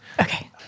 Okay